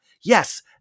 Yes